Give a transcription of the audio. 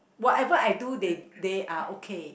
whatever I do they they are okay